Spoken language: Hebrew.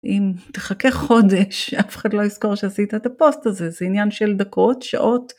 אם תחכה חודש אף אחד לא יזכור שעשית את הפוסט הזה, זה עניין של דקות, שעות.